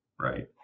Right